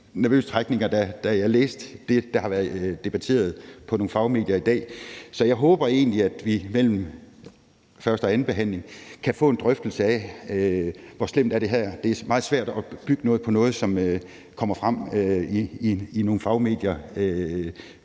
nervøse trækninger, da jeg læste det, der har været debatteret i nogle fagmedier i dag. Så jeg håber egentlig, at vi mellem første og anden behandling kan få en drøftelse af, hvor slemt det her er. Det er meget svært at bygge noget på noget, som kommer frem i nogle fagmedier,